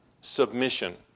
submission